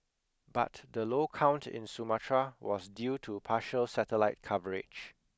but the low count in Sumatra was due to partial satellite coverage